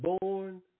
born